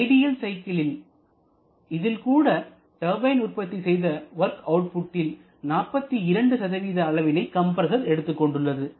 ideal cycle இதில் கூட turbine உற்பத்தி செய்த வொர்க் அவுட்புட்டில் 42 அளவினை கம்ப்ரஸர் எடுத்துக் கொண்டுள்ளது